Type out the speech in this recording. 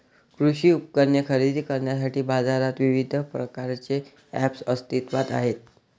कृषी उपकरणे खरेदी करण्यासाठी बाजारात विविध प्रकारचे ऐप्स अस्तित्त्वात आहेत